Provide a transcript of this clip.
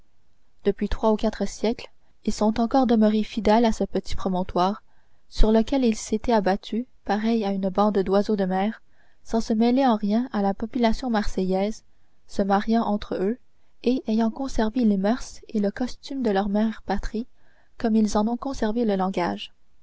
depuis trois ou quatre siècles ils sont encore demeurés fidèles à ce petit promontoire sur lequel ils s'étaient abattus pareils à une bande d'oiseaux de mer sans se mêler en rien à la population marseillaise se mariant entre eux et ayant conservé les moeurs et le costume de leur mère patrie comme ils en ont conservé le langage